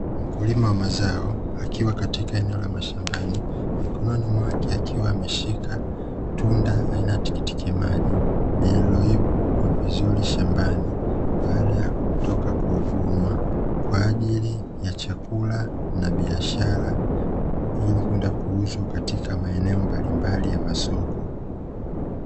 Mkulima wa mazao akiwa katika eneo la mashambani mikononi mwake akiwa ameshika tunda aina ya tikiti maji lililoiva vizuri shambani, baada ya kutoka kuvunwa kwa ajili ya chakula na biashara ili kwenda kuuzwa katika maeneo mbalimbali ya masoko.